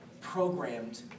programmed